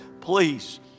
please